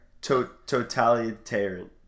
Totalitarian